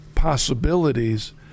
possibilities